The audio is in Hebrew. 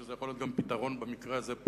זה יכול להיות פתרון במקרה הזה,